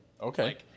Okay